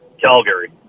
Calgary